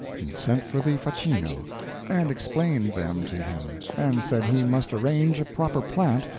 and sent for the facchino and explained them to him, and said he must arrange a proper plant,